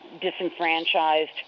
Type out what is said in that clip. disenfranchised